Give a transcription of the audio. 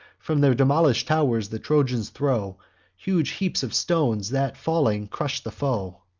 from their demolish'd tow'rs the trojans throw huge heaps of stones, that, falling, crush the foe